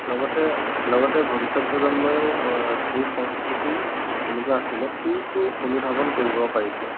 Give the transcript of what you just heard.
লগতে লগতে ভৱিষ্যত প্ৰজন্মইও এই সংস্কৃতি এনেকুৱা আছিলে সেইটো অনুধাৱন কৰিব পাৰিছে